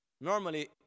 normally